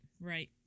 right